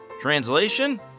Translation